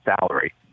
salary